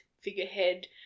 figurehead